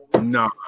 No